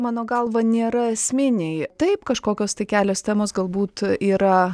mano galva nėra esminiai taip kažkokios tai kelios temos galbūt yra